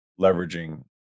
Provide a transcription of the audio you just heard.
leveraging